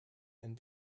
and